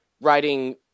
writing